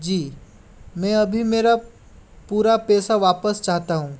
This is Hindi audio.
जी मैं अभी मेरा पूरा पैसा वापस चाहता हूँ